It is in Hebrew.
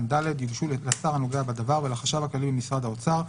(ד) יוגשו לשר הנוגע בדבר ולחשב הכללי במשרד האוצר,